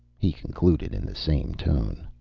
he concluded in the same tone.